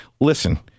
Listen